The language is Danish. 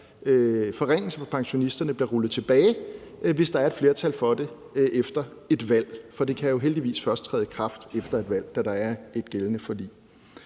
forringelse for pensionisterne bliver rullet tilbage, hvis der er et flertal for det efter et valg, for det kan jo heldigvis først træde i kraft efter et valg, da der er et gældende forlig,